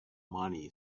money